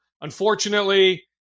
Unfortunately